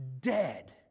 Dead